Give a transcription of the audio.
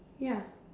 ya